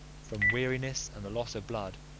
from weariness and the loss of blood,